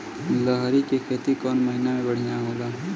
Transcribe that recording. लहरी के खेती कौन महीना में बढ़िया होला?